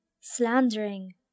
slandering